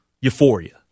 euphoria